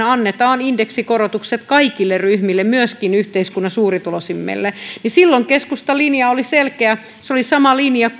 annetaan indeksikorotukset kaikille ryhmille myöskin yhteiskunnan suurituloisimmille keskustan linja oli selkeä se oli sama linja